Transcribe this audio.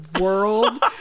world